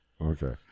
Okay